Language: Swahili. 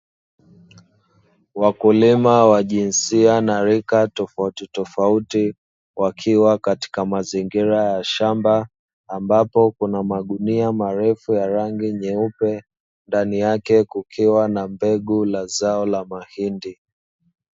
Wakulima wa jinsia na rika tofautitofauti, wakiwa katika mazingira ya shamba, ambapo kuna magunia marefu ya rangi nyeupe, ndani yake kukiwa na mbegu ya zao la mahindi.